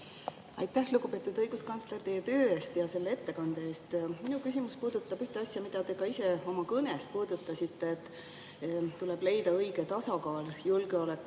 Aitäh, lugupeetud õiguskantsler, teie töö eest ja selle ettekande eest! Mu küsimus puudutab asja, mida te ka ise oma kõnes puudutasite: tuleb leida õige tasakaal julgeoleku